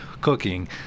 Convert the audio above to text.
cooking